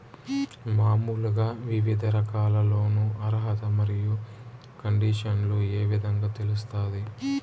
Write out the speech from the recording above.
మామూలుగా వివిధ రకాల లోను అర్హత మరియు కండిషన్లు ఏ విధంగా తెలుస్తాది?